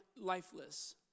lifeless